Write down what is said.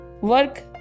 work